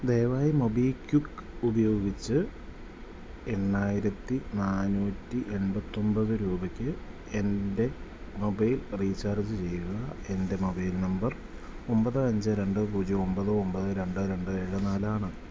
ദയവായി മൊബിക്വിക് ഉപയോഗി ച്ചു എണ്ണായിരത്തി നാനൂറ്റി എൺപത്തി ഒമ്പത് രൂപയ്ക്ക് എൻ്റെ മൊബൈൽ റീചാർജ് ചെയ്യുക എൻ്റെ മൊബൈൽ നമ്പർ ഒമ്പത് അഞ്ച് രണ്ട് പൂജ്യം ഒമ്പത് ഒമ്പത് രണ്ട് രണ്ട് ഏഴ് നാല് ആണ്